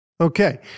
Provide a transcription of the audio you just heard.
Okay